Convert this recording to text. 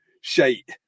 shite